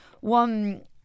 one